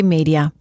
Media